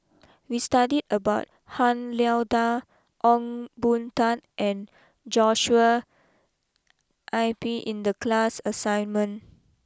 we studied about Han Lao Da Ong Boon Tat and Joshua I P in the class assignment